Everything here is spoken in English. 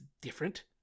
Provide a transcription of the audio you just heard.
different